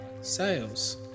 sales